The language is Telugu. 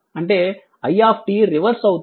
అంటే i రివర్స్ అవుతుంది